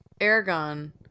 Aragon